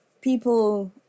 people